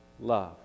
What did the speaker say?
love